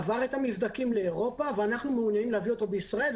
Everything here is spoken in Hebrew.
עבר את המבדקים לאירופה ואנחנו מעוניינים להביא אותו לישראל.